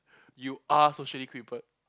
you are socially crippled